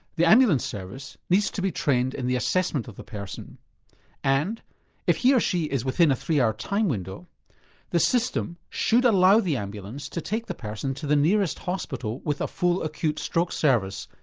the ambulance service needs to be trained in the assessment of the person and if he or she is within a three hour time window the system should allow the ambulance to take the person to the nearest hospital with a full acute stroke service,